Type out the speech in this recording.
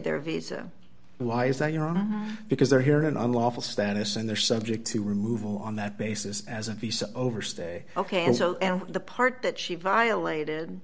their visa why is that you know because they're here and unlawful status and they're subject to removal on that basis as a overstay ok and so the part that she violated